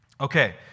Okay